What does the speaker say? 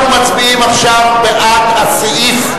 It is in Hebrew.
אנחנו מצביעים עכשיו בעד הסעיף.